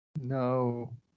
No